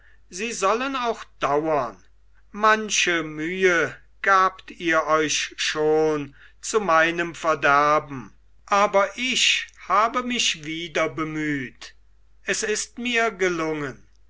sie sollen auch dauern manche mühe gabt ihr euch schon zu meinem verderben aber ich habe mich wieder bemüht es ist mir gelungen